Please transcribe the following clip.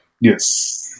yes